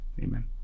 Amen